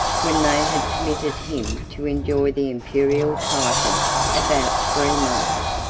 when they had permitted him to enjoy the imperial title about three months,